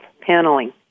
paneling